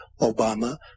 Obama